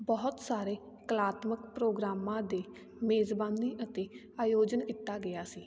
ਬਹੁਤ ਸਾਰੇ ਕਲਾਤਮਕ ਪ੍ਰੋਗਰਾਮਾਂ ਦੇ ਮੇਜ਼ਬਾਨੀ ਅਤੇ ਆਯੋਜਨ ਕੀਤਾ ਗਿਆ ਸੀ